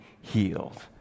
healed